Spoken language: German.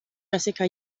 jessica